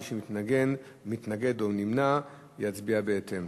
מי שמתנגד או נמנע יצביע בהתאם.